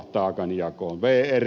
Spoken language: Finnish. vrt